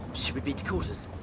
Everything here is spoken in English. should we beat to